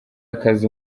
akazi